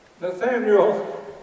Nathaniel